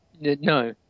No